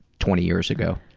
twenty years ago.